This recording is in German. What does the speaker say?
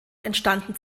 entstanden